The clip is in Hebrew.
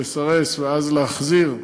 לסרס ואז להחזיר,